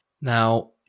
Now